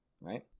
Right